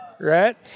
right